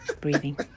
Breathing